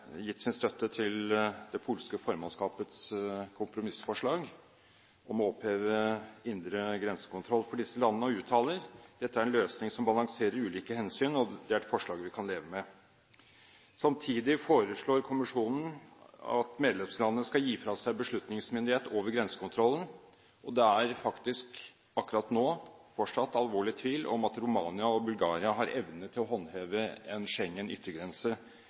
uttaler at dette er «en løsning som balanserer ulike hensyn, og det er et forslag som vi kan leve med». Samtidig foreslår kommisjonen at medlemslandene skal gi fra seg beslutningsmyndighet over grensekontrollen. Det er akkurat nå fortsatt alvorlig tvil om Romania og Bulgaria har evne til å håndheve en